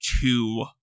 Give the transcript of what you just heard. two